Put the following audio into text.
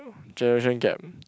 generation gap